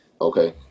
Okay